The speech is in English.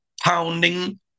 pounding